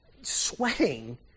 sweating